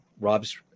Rob's